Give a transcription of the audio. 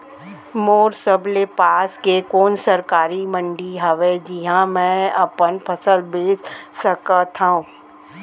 मोर सबले पास के कोन सरकारी मंडी हावे जिहां मैं अपन फसल बेच सकथव?